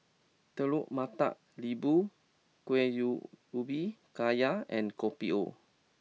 Telur Mata Lembu Kueh Ubi Kayu and Kopi O